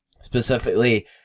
Specifically